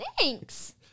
Thanks